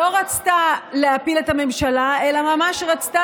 שלא רצתה להפיל את הממשלה אלא שממש רצתה